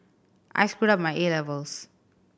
I screwed up my A levels